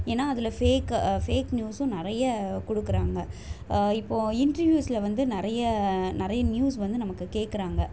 ஏன்னா அதில் fake fake நியூஸ்ஸும் நிறையா கொடுக்குறாங்க இப்போது இன்ட்ரிவியூஸ்ல வந்து நிறைய நிறைய நியூஸ் வந்து நமக்கு கேட்குறாங்க